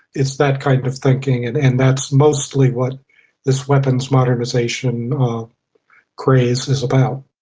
it's that kind of thinking and and that's mostly what this weapons modernisation craze is about.